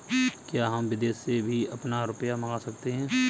क्या हम विदेश से भी अपना रुपया मंगा सकते हैं?